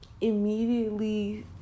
immediately